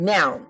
Now